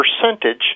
percentage